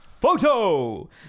Photo